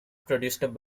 produced